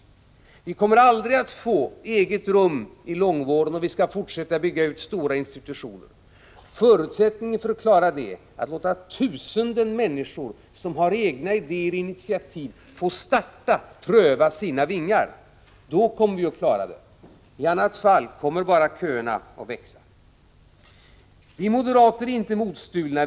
Vi kommer aldrig att få eget rum i långvården om vi skall fortsätta bygga ut stora institutioner. Förutsättningen för att klara det är att låta tusentals människor som har egna idéer och vill ta initiativ få starta, pröva sina vingar. Då kommer vi att klara det. I annat fall kommer köerna bara att växa. Vi moderater är inte modstulna.